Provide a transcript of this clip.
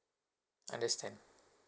understand